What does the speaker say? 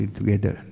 together